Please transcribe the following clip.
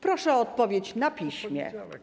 Proszę o odpowiedź na piśmie.